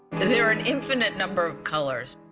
there are an infinite number of colors.